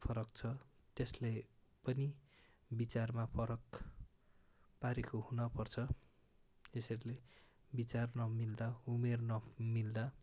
फरक छ त्यसले पनि विचारमा फरक पारेको हुनपर्छ त्यसैले विचार नमिल्दा उमेर नमिल्दा